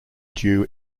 due